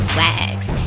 Swags